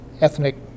ethnic